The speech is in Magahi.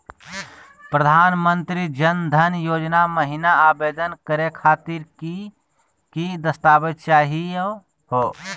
प्रधानमंत्री जन धन योजना महिना आवेदन करे खातीर कि कि दस्तावेज चाहीयो हो?